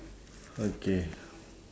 okay